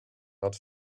not